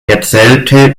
erzählte